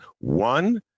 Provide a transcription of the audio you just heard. One